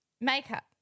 makeup